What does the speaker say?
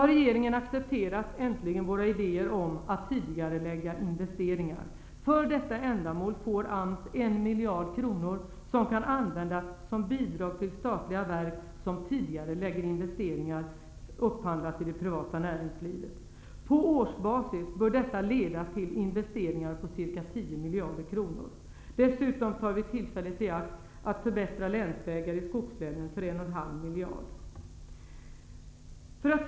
Regeringen har äntligen accepterat våra idéer om att tidigarelägga investeringar. För detta ändamål får AMS 1 miljard kronor som kan användas som bidrag till statliga verk som tidigarelägger investeringar upphandlade i det privata näringslivet. På årsbasis bör det leda till investeringar på cirka 10 miljarder kronor. Dessutom tar vi tillfället i akt att förbättra länsvägar i skogslänen för 1,5 miljard.